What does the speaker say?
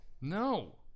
No